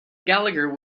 gallagher